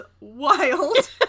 wild